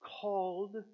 called